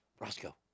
Roscoe